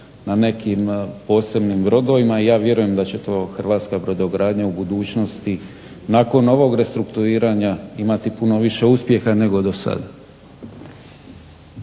na nekim posebnim brodovima i ja vjerujem da će to hrvatska brodogradnja u budućnosti nakon ovog restrukturiranja imati puno više uspjeha nego do sada.